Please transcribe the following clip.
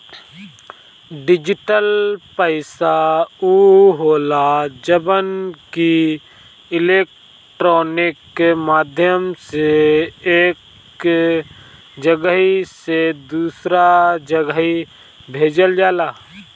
digital पईसा उ होला जवन की इलेक्ट्रोनिक माध्यम से एक जगही से दूसरा जगही भेजल जाला